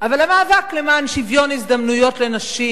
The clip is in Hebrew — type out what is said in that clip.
אבל המאבק למען שוויון הזדמנויות לנשים,